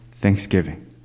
thanksgiving